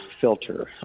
filter